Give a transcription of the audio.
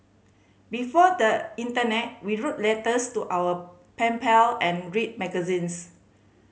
before the internet we wrote letters to our pen pal and read magazines